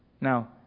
Now